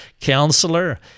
counselor